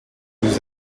nous